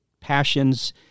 passions